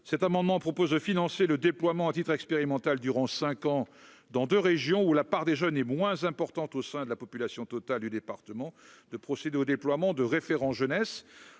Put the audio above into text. cet amendement propose de financer le déploiement à titre expérimental, durant 5 ans, dans 2 régions où la part des jeunes et moins importante au sein de la population totale du département de procéder au déploiement de référent jeunesse